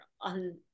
on